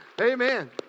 Amen